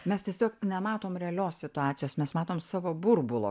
mes tiesiog nematom realios situacijos mes matom savo burbulo